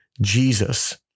Jesus